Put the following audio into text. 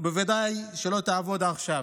ובוודאי שלא תעבוד עכשיו.